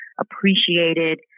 appreciated